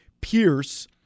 Pierce